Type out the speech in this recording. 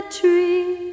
tree